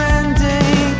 ending